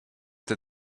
that